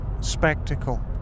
spectacle